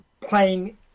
playing